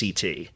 CT